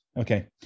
okay